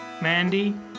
Mandy